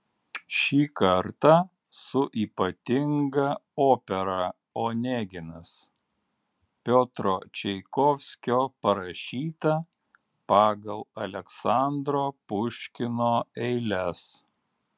šį kartą su ypatinga opera oneginas piotro čaikovskio parašyta pagal aleksandro puškino eiles